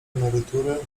emerytury